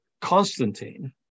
Constantine